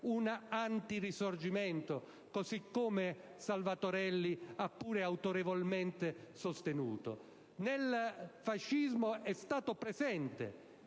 un anti-Risorgimento, così come Salvatorelli ha pure autorevolmente sostenuto. Nel fascismo è stata presente